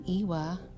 Iwa